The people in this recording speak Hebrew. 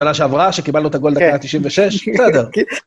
שנה שעברה שקיבלנו את הגולדה, כן, 196, בסדר.